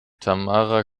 tamara